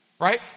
right